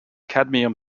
cadmium